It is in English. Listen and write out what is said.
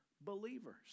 believers